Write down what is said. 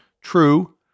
True